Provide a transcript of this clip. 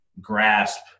grasp